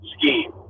scheme